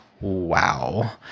wow